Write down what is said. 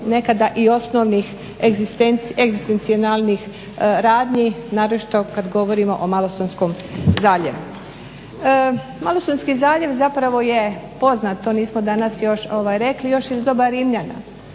nekada i osnovnih egzistencionalnih radnji naročito kada govorimo o Malostonskom zaljevu. Malostonski zaljev zapravo je poznat, to nismo danas rekli još iz doba Rimljana